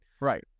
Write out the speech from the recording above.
Right